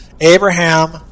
Abraham